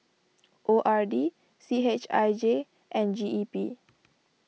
O R D C H I J and G E P